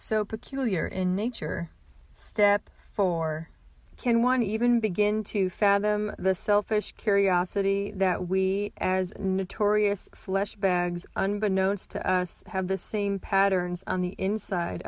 so peculiar in nature step for can one even begin to fathom the selfish curiosity that we as notorious flesh bags unbeknownst to us have the same patterns on the inside